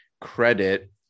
credit